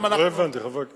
לא הבנתי, חברת הכנסת זוארץ.